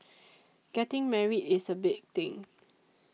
getting married is a big thing